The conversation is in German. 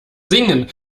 singen